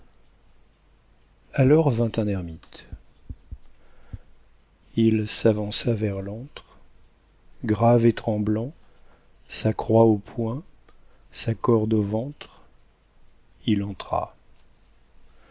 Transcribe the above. alors vint un ermite il s'avança vers l'antre grave et tremblant sa croix au poing sa corde au ventre il entra